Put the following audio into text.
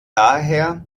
daher